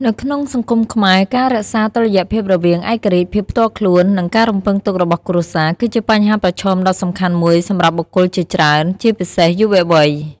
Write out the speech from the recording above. នៅក្នុងសង្គមខ្មែរ ការរក្សាតុល្យភាពរវាង ឯករាជ្យភាពផ្ទាល់ខ្លួន និង ការរំពឹងទុករបស់គ្រួសារ គឺជាបញ្ហាប្រឈមដ៏សំខាន់មួយសម្រាប់បុគ្គលជាច្រើន ជាពិសេសយុវវ័យ។